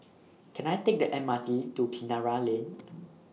Can I Take The M R T to Kinara Lane